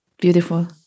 Beautiful